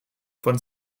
von